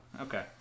Okay